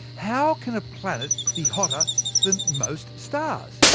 how can a planet be hotter than most stars?